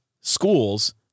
schools